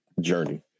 journey